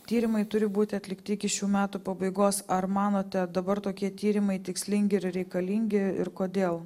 tyrimui turi būti atlikti iki šių metų pabaigos ar manote dabar tokie tyrimai tikslingi ir reikalingi ir kodėl